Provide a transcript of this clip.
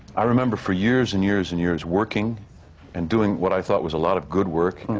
i remember for years and years and years working and doing what i thought was a lot of good work.